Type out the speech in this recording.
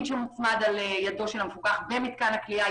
שמוצמד על ידו של המפוקח במתקן הכליאה.